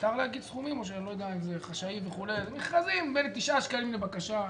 מכרזים בין תשעה שקלים לבקשה,